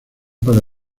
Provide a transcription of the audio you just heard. para